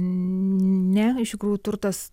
ne iš tikrųjų turtas